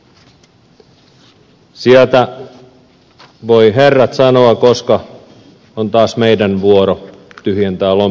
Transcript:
sieltä voivat herrat sanoa koska on taas meidän vuoromme tyhjentää lompakkoamme